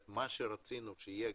רצינו שיהיה